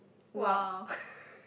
!wah!